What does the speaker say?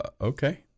okay